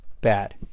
bad